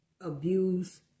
abuse